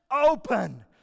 open